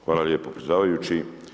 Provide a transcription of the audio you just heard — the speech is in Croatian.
Hvala lijepo predsjedavajući.